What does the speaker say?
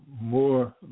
More